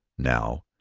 now,